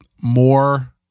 more